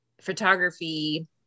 photography